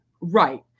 Right